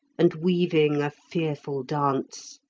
and weaving a fearful dance.